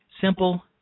simple